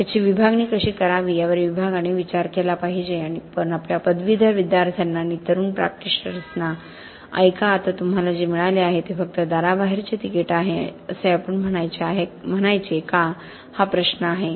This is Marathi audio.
याची विभागणी कशी करावी यावर विभागाने विचार केला पाहिजे पण आपल्या पदवीधर विद्यार्थ्यांना आणि तरुण प्रॅक्टिशनर्सना ऐका आता तुम्हाला जे मिळाले आहे ते फक्त दाराबाहेरचे तिकीट आहे असे आपण म्हणायचे का हा प्रश्न आहे